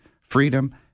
freedom